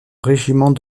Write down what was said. régiment